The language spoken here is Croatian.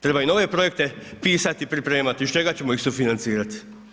Treba i nove projekte pisati i pripremati, iz čega ćemo ih sufinancirati.